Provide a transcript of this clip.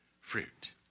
fruit